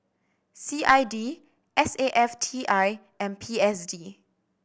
C I D S A F T I and P S D